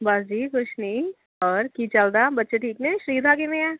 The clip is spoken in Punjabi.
ਬਸ ਜੀ ਕੁਛ ਨਹੀਂ ਹੋਰ ਕੀ ਚੱਲਦਾ ਬੱਚੇ ਠੀਕ ਨੇ ਸੀਤਾ ਕਿਵੇਂ ਆ